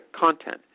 content